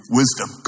wisdom